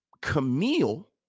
Camille